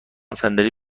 صندلی